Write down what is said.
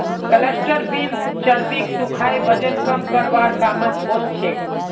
cluster beans चर्बीक सुखाए वजन कम करवार कामत ओसछेक